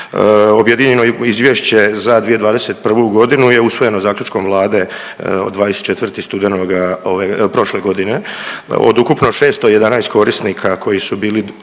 Objedinjeno izvješće za 2021. godinu je usvojeno zaključkom Vlade od 24. studenoga prošle godine. Od ukupno 611 korisnika koji su bili